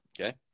okay